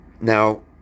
Now